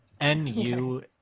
N-U